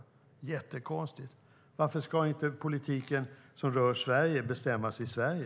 Det är jättekonstigt. Varför ska inte den politik som rör Sverige bestämmas i Sverige?